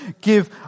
give